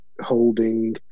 holding